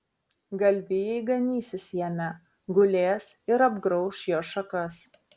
galvijai ganysis jame gulės ir apgrauš jo šakas